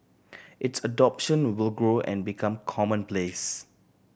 its adoption will grow and become commonplace